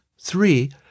Three